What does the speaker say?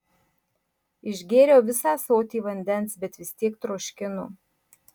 išgėriau visą ąsotį vandens bet vis tiek troškino